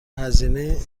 هزینه